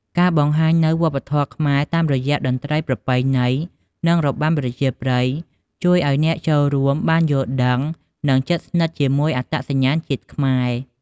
ការបង្ហាញនូវវប្បធម៌ខ្មែរតាមរយៈតន្រ្តីប្រពៃណី និងរបាំប្រជាប្រិយជួយឲ្យអ្នកចូលរួមបានយល់ដឹង និងជិតស្និទ្ធជាមួយអត្តសញ្ញាណជាតិខ្មែរ។